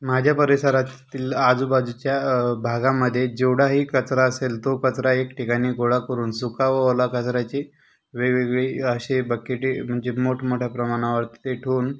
माझ्या परिसरातील आजूबाजूच्या भागामध्ये जेवढाही कचरा असेल तो कचरा एक ठिकाणी गोळा करून सुका व ओला कचऱ्याची वेगवेगळी असे बकेटी म्हणजे मोठमोठ्या प्रमाणावरती ते ठेवून